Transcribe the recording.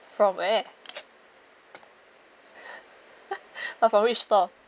from where but from which store